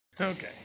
Okay